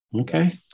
Okay